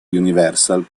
universal